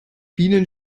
bienen